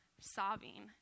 sobbing